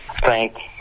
thanks